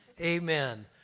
Amen